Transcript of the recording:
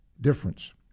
difference